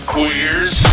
Queers